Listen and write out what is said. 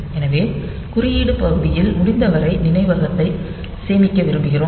எனவே குறியீடு பகுதியில் முடிந்தவரை நினைவகத்தை சேமிக்க விரும்புகிறோம்